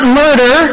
murder